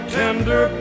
tender